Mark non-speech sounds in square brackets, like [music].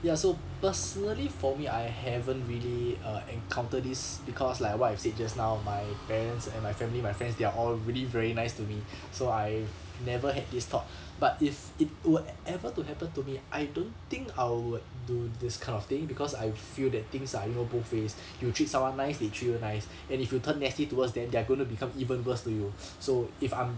ya so personally for me I haven't really err encounter this because like what I've said just now my parents and my family my friends they are all really very nice to me [breath]